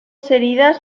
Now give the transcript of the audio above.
heridas